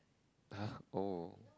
!huh! oh